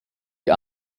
die